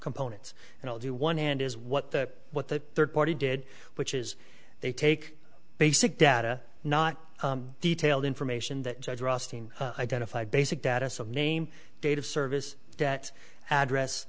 components and i'll do one and is what the what the third party did which is they take basic data not detailed information that identify basic data some name date of service that address